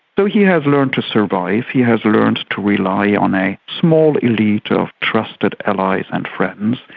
so he has learned to survive. he has learned to rely on a small elite of trusted allies and friends.